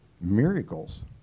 miracles